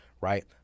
right